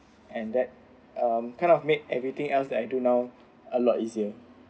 and that um kind of make everything else that I do now a lot easier